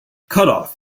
cutoff